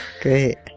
Great